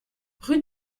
rue